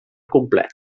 complet